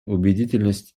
убедительность